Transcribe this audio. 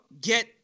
get